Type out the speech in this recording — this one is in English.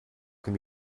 can